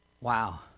Wow